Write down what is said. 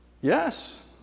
Yes